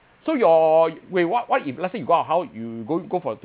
so your wait what what if let's say you go out how you go go for